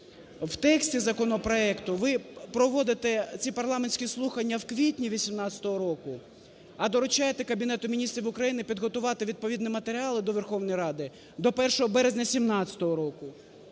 в тексті законопроекту ви проводите ці парламентські слухання в квітні 2018 року, а доручаєте Кабінету Міністрів України підготувати відповідні матеріали до Верховної Ради до 1 березня 2017 року.